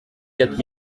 quatre